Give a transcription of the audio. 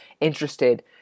interested